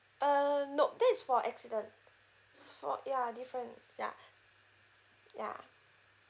uh nope that is for accident for ya different ya ya